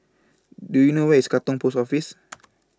Do YOU know Where IS Katong Post Office